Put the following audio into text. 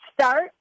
start